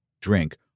drink